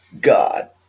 God